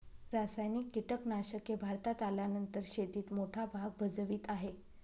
रासायनिक कीटनाशके भारतात आल्यानंतर शेतीत मोठा भाग भजवीत आहे